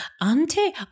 Auntie